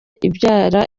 ibyara